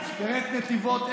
תראה את נתיבות,